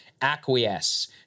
acquiesce